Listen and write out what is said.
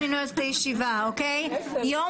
עובדים, פרק י'